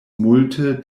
multe